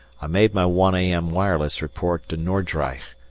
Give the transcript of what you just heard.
i made my one a m. wireless report to nordreich,